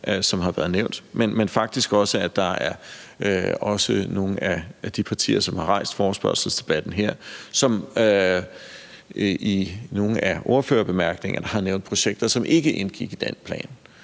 som har været nævnt, men faktisk også, at der fra nogle af de partier, som har rejst forespørgselsdebatten her, har været nævnt projekter i nogle af ordførerbemærkningerne, som ikke indgik i den plan